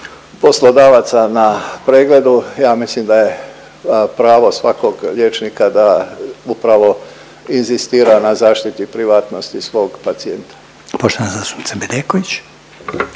poslodavaca na pregledu ja mislim da je pravo svakog liječnika da upravo inzistira na zaštiti privatnosti svog pacijenta.